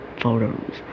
photos